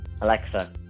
Alexa